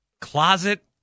closet